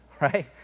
Right